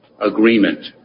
agreement